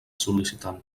sol·licitant